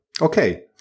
Okay